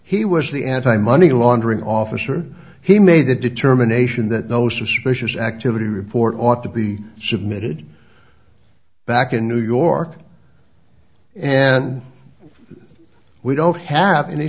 he was the anti money laundering officer he made the determination that no suspicious activity report ought to be submitted back in new york and we don't have any